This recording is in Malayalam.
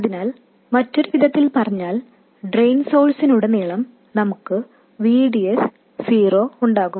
അതിനാൽ മറ്റൊരു വിധത്തിൽ പറഞ്ഞാൽ ഡ്രെയിൻ സോഴ്സിനുടനീളം നമുക്ക് V D S 0 ഉണ്ടാകും